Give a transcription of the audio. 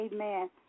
Amen